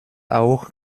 auch